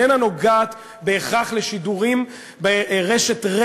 היא איננה נוגעת בהכרח לשידורים ברק"ע,